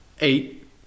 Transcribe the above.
eight